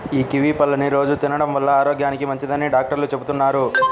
యీ కివీ పళ్ళని రోజూ తినడం వల్ల ఆరోగ్యానికి మంచిదని డాక్టర్లు చెబుతున్నారు